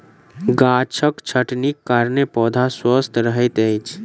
गाछक छटनीक कारणेँ पौधा स्वस्थ रहैत अछि